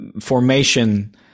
Formation